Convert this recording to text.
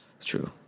True